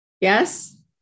Yes